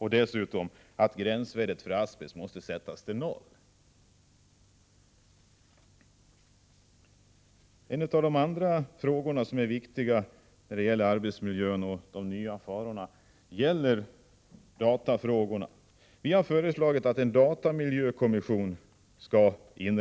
Vidare måste gränsvärdet för asbest sättas till noll. En av de andra frågor som är viktiga för arbetsmiljön och som medför nya faror är utvecklingen på dataområdet. Vi har föreslagit att det skall tillsättas en datamiljökommission, som kan